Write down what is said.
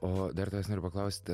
o dar tavęs noriu paklaust